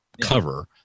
cover